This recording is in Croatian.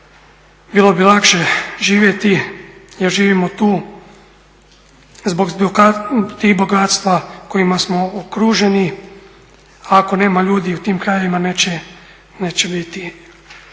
bilo bi lakše živjeti jer živimo tu zbog tih bogatstva kojima smo okruženi, a ako nema ljudi u tim krajevima neće biti